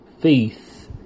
faith